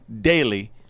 daily